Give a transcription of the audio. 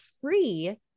free